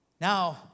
Now